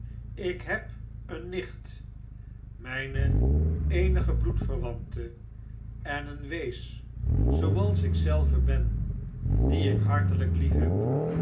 ik heb eene nicht mijne eenige bloedverwante en eene wees zooals ik zelve ben die ik hartelp liefheb